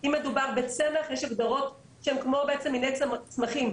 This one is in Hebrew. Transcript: אם מדובר בצמח, יש הגדרות שהם כמו מיני צמחים.